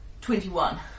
Twenty-one